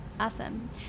Awesome